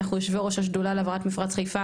אנחנו יושבי ראש השדולה להבראת מפרץ חיפה,